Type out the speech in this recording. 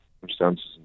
circumstances